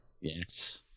Yes